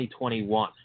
2021